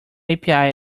api